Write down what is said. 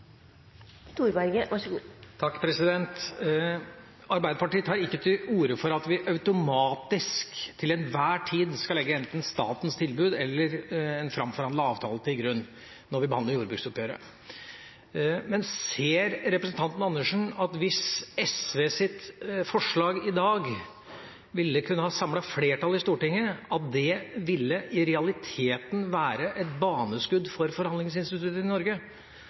Arbeiderpartiet tar ikke til orde for at vi automatisk, og til enhver tid, skal legge enten statens tilbud eller en framforhandlet avtale til grunn når vi behandler jordbruksoppgjøret. Men ser representanten Karin Andersen at hvis SVs forslag i dag hadde samlet flertall i Stortinget, så ville det i realiteten være et banesår for forhandlingsinstituttet i Norge